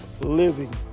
living